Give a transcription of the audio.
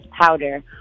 powder